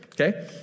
okay